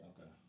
Okay